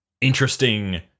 interesting